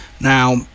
Now